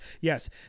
yes